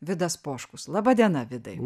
vidas poškus laba diena vidai